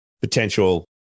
potential